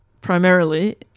primarily